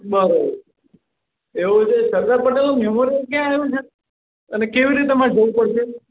બરાબર એવું છે સરદાર પટેલનું મેમોરિયલ ક્યાં આવ્યું છે અને કેવી રીતે મારે જવું પડશે